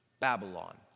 Babylon